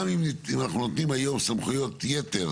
גם אם אנחנו נותנים היום סמכויות יתר